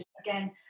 again